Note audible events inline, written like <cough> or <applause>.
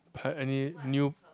<noise> any new